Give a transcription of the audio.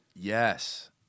Yes